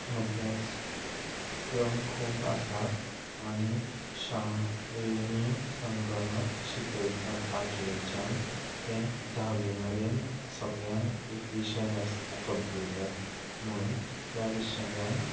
अभ्यासक्रम खूब आसात आनी संगणक शिकयतात ते धावी मेरेन सगल्यांक एक विशय आसता कंप्युटर त्या विशयाक